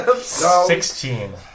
Sixteen